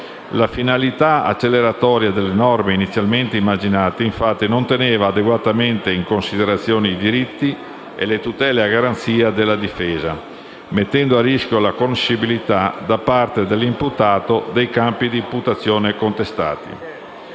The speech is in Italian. la finalità acceleratoria delle norme inizialmente immaginate, infatti, non teneva adeguatamente in considerazione i diritti e le tutele a garanzia della difesa, mettendo a rischio la conoscibilità, da parte dell'imputato, dei capi d'imputazione contestati.